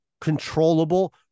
controllable